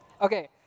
Okay